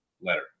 letter